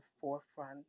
forefront